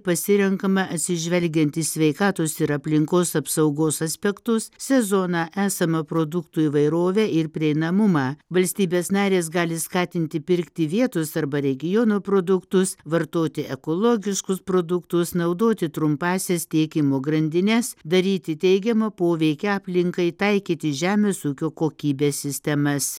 pasirenkama atsižvelgiant į sveikatos ir aplinkos apsaugos aspektus sezoną esamą produktų įvairovę ir prieinamumą valstybės narės gali skatinti pirkti vietos arba regiono produktus vartoti ekologiškus produktus naudoti trumpąsias tiekimo grandines daryti teigiamą poveikį aplinkai taikyti žemės ūkio kokybės sistemas